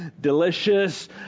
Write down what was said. delicious